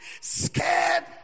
scared